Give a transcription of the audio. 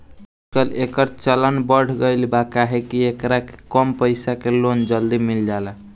आजकल, एकर चलन बढ़ गईल बा काहे कि एकरा में कम पईसा के लोन जल्दी मिल जाला